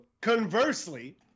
conversely